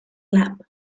lap